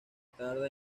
tarda